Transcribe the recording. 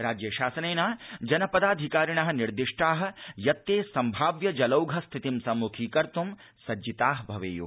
राज्य शासनेन जनपदाधिकारिण निर्दिष्टा यत्ते संभाव्य जलौघ स्थितिं सम्मुखीकर्तु सज्जिता भवेय्